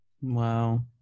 Wow